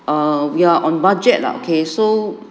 err we are on budget lah okay so